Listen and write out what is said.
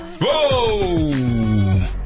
Whoa